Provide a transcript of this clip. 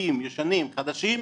ישנים וחדשים,